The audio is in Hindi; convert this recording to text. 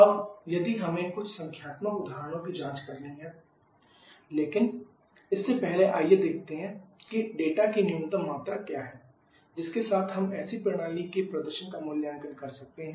अब यदि हमें कुछ संख्यात्मक उदाहरणों की जांच करनी है लेकिन इससे पहले आइए देखें कि डेटा की न्यूनतम मात्रा क्या है जिसके साथ हम ऐसी प्रणाली के प्रदर्शन का मूल्यांकन कर सकते हैं